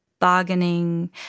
bargaining